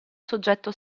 soggetto